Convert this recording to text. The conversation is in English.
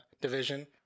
division